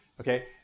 okay